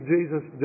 Jesus